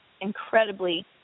incredibly